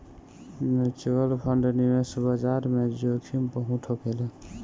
mutual fund निवेश बाजार में जोखिम बहुत होखेला